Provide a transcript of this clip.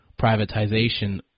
privatization